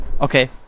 okay